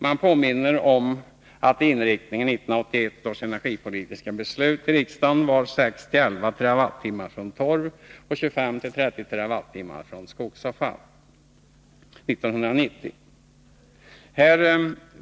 Man påminner om att inriktningen i 1981 års energipolitiska beslut i riksdagen var 6-11 TWh från torv och 25-30 TWh från skogsavfall 1990.